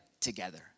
together